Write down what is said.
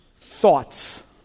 thoughts